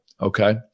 okay